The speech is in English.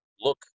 look